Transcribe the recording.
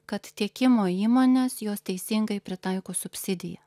kad tiekimo įmonės jos teisingai pritaiko subsidiją